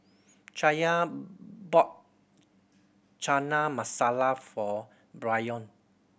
Chaya bought Chana Masala for Bryon